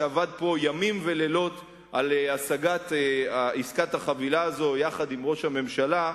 שעבד פה ימים ולילות על השגת עסקת החבילה הזו יחד עם ראש הממשלה,